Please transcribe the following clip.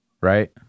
right